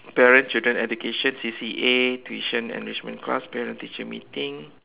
parent children education C_C_A tuition enrichment class parent teacher meeting